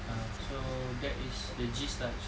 ah so that is the gist lah actually